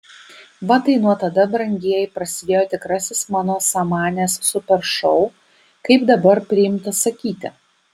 va tai nuo tada brangieji prasidėjo tikrasis mano samanės super šou kaip dabar priimta sakyti